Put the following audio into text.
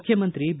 ಮುಖ್ಯಮಂತ್ರಿ ಬಿ